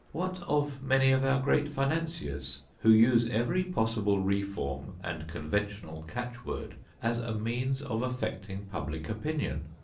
what of many of our great financiers who use every possible reform and conventional catch word as means of affecting public opinion,